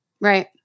Right